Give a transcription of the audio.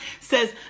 says